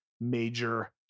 major